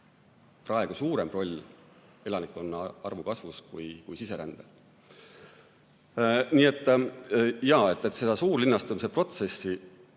praegu suurem roll elanikkonna arvu kasvus kui siserändel. Nii et jah, suurlinnastumise protsessi